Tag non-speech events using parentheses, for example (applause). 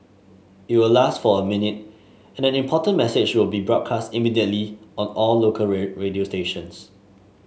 it will last for a minute and an important message will be broadcast immediately on all local (unintelligible) radio stations